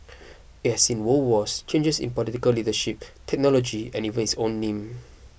it has seen world wars changes in political leadership technology and even its own name